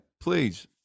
please